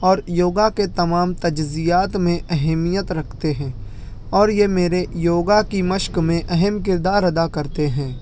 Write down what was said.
اور یوگا کے تمام تجزیات میں اہمیت رکھتے ہیں اور یہ میرے یوگا کی مشق میں اہم کردار ادا کرتے ہیں